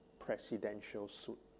presidential suite